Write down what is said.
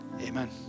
Amen